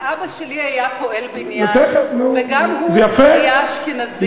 אבא שלי היה פועל בניין, וגם הוא היה אשכנזי.